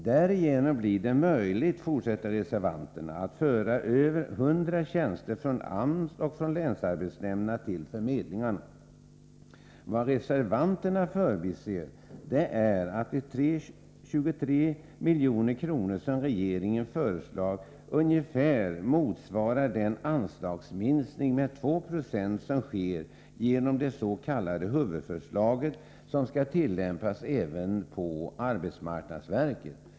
Därigenom blir det möjligt, fortsätter reservanterna, att föra över 100 tjänster från AMS och från länsarbetsnämnderna till förmedlingarna. Vad reservanterna förbiser är att de 23 milj.kr. som regeringen föreslår ungefär motsvarar den anslagsminskning med 2 26 som sker genom att det s.k. huvudförslaget skall tillämpas även på arbetsmarknadsverket.